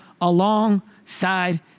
alongside